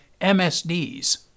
MSDs